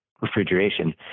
refrigeration